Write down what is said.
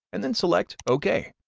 and then select ok.